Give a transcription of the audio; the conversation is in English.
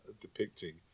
depicting